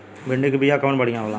भिंडी के बिया कवन बढ़ियां होला?